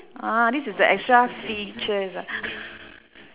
ah this is the extra features ah